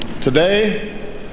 Today